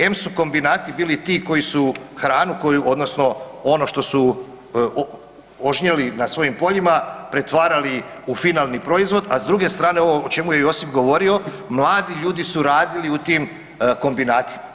Em su kombinati bili ti koji su hranu koju odnosno ono što su ožnjeli na svojim poljima pretvarali u finalni proizvod, a s druge strane ovo o čemu je Josip govorio, mladi ljudi su radili u tim kombinatima.